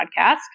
podcast